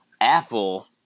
Apple